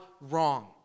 wrong